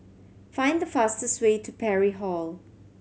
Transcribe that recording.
find the fastest way to Parry Hall